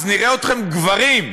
אז נראה אתכם גברים,